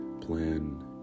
plan